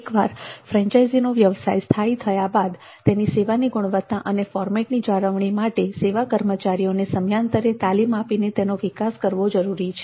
એકવાર ફ્રેન્ચાઇઝીનો વ્યવસાય સ્થાયી થયા બાદ તેની સેવાની ગુણવત્તા અને ફોર્મેટની જાળવવા માટે સેવા કર્મચારીઓને સમયાંતરે તાલીમ આપીને તેનો વિકાસ કરવો જરૂરી છે